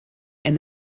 and